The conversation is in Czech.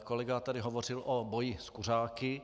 Kolega tady hovořil o boji s kuřáky.